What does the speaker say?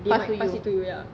pass to you